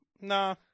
Nah